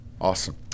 Awesome